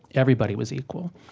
everybody was equal.